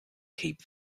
keep